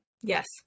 yes